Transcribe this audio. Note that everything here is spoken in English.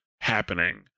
happening